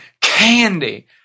Candy